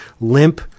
limp